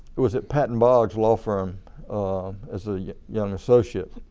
was at patton bogg's law firm as a yeah young associate.